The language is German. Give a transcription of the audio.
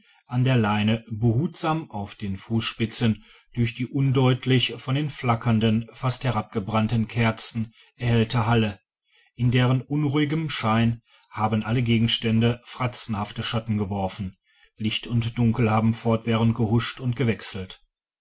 an der leine behutsam auf den fußspitzen durch die undeutlich von den flackernden fast herabgebrannten kerzen erhellte halle in deren unruhigem schein haben alle gegenstände fratzenhafte schatten geworfen licht und dunkel haben fortwährend gehuscht und gewechselt